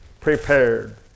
prepared